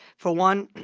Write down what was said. for one,